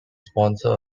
sponsor